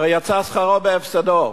הרי יצא שכרו בהפסדו.